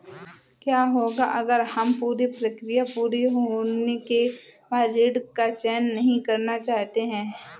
क्या होगा अगर हम पूरी प्रक्रिया पूरी होने के बाद ऋण का चयन नहीं करना चाहते हैं?